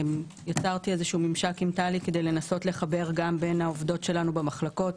יצרתי ממשק עם טלי כדי לנסות לחבר גם בין העובדות שלנו במחלקות